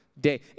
day